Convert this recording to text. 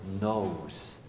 knows